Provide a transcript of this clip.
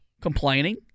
complaining